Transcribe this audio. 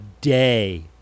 day